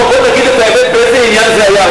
ידידי היקר, בוא נגיד את האמת באיזה עניין זה היה.